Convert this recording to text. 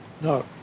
No